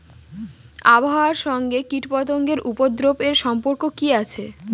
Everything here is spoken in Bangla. আবহাওয়ার সঙ্গে কীটপতঙ্গের উপদ্রব এর সম্পর্ক কি আছে?